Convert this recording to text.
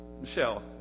Michelle